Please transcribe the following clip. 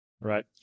Right